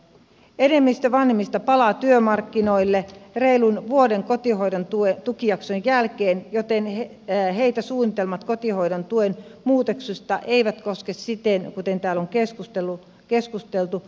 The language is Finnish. enemmistö vanhemmista palaa työmarkkinoille reilun vuoden kotihoidon tukijakson jälkeen joten heitä suunnitelmat kotihoidon tuen muutoksesta eivät koske siten kuten täällä on keskusteltu